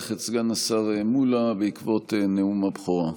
את סגן השר מולא בעקבות נאום הבכורה.